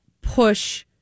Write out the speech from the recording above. push